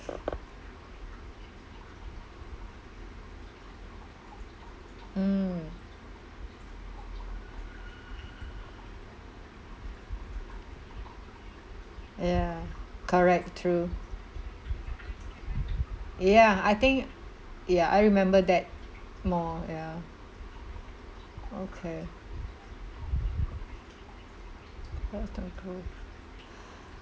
mm ya correct true yeah I think ya I remember that more ya okay